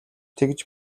тэгж